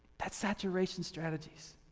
that saturation strategies.